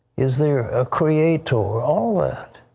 is there a creator? all of that.